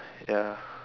ya